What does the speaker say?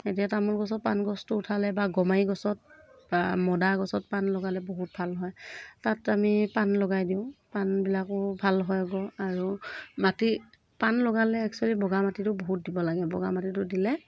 এতিয়া তামোল গছত পাণ গছটো উঠালে বা গমাৰি গছত বা মদাৰ গছত পাণ লগালে বহুত ভাল হয় তাত আমি পাণ লগাই দিওঁ পাণবিলাকো ভাল হয়গৈ আৰু মাটিত পাণ লগালে একচুৱেলী বগা মাটিটো বহুত দিব লাগে বগা মাটিটো দিলে